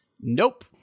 Nope